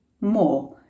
more